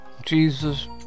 Jesus